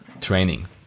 training